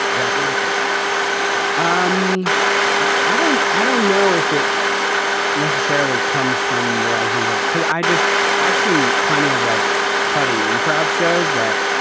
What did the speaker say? zach what do you think um i don't i don't know if it necessarily comes from the resident because i just i've seen plenty of like cutting improv shows that